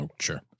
sure